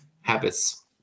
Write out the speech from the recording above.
habits